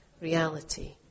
reality